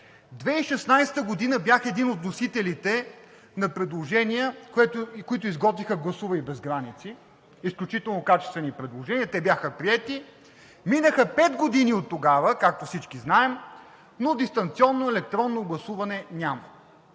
2016 г. бях един от вносителите на предложения, които изготвиха „Гласувай без граници“ – изключително качествени предложения, те бяха приети. Минаха пет години оттогава, както всички знаем, но дистанционно електронно гласуване няма.